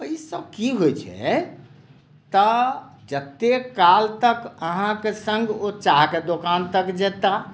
एहिसँ की होइ छै तऽ जतेक काल तक अहाँके सङ्ग ओ चाहके दोकान तक जेताह